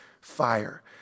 fire